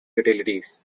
utilities